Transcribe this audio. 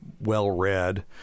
well-read